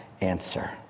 answer